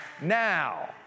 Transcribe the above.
Now